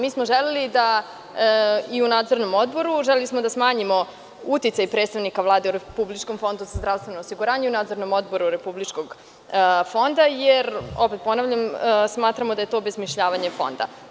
Mi smo želeli da i u nadzornom odboru, želeli smo da smanjimo uticaj predstavnika Vlade u Republičkom fondu za zdravstveno osiguranje i u Nadzornom odboru Republičkog fonda, jer, opet ponavljam je to obesmišljavanje Fonda.